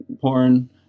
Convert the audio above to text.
porn